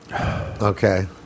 Okay